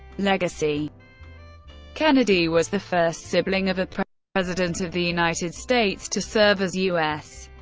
legacy kennedy was the first sibling of a president of the united states to serve as u s.